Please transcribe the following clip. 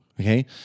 Okay